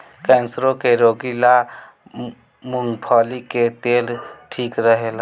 कैंसरो के रोगी ला मूंगफली के तेल ठीक रहेला